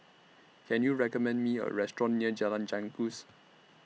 Can YOU recommend Me A Restaurant near Jalan Janggus